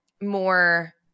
more